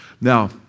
Now